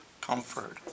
Comfort